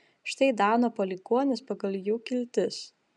štai dano palikuonys pagal jų kiltis